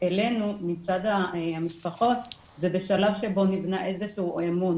אלינו מצד המשפחות זה בשלב שבו נבנה איזשהו אמון,